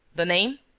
the name?